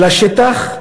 לשטח,